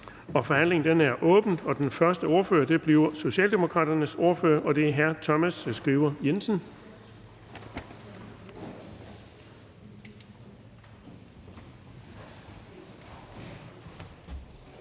Forhandlingen er åbnet, og den første ordfører er Socialdemokraternes ordfører, hr. Thomas Skriver Jensen.